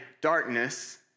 darkness